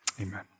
Amen